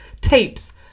tapes